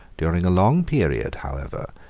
during a long period, however,